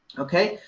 ok,